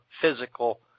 physical